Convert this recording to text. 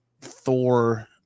Thor